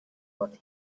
what